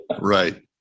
right